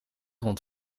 rond